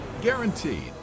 guaranteed